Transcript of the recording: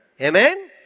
Amen